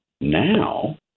now